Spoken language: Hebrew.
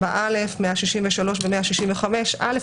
4א, 163 ו-165(א).